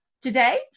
today